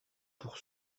pour